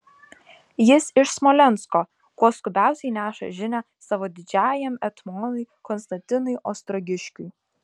jis iš smolensko kuo skubiausiai neša žinią savo didžiajam etmonui konstantinui ostrogiškiui